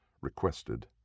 requested